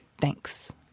Thanks